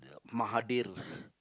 Mahathir